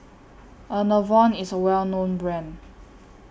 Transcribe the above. Enervon IS A Well known Brand